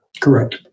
correct